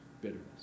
bitterness